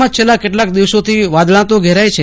જિલ્લામાં છેલ્લા કેટલાક દિવસોથી વાદળાંઓ તો ધેરાય છે